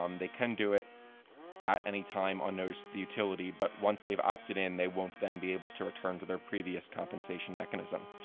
um they can do it at any time on notice of the utility but once they've opted in they won't then be able to return to their previous compensation mechanism.